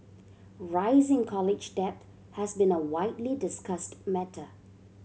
rising college debt has been a widely discussed matter